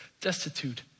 destitute